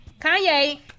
Kanye